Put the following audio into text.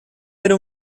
era